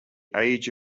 age